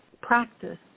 practice